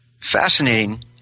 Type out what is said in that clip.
Fascinating